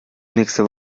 nächste